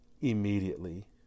immediately